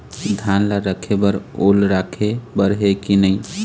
धान ला रखे बर ओल राखे बर हे कि नई?